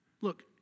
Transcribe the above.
Look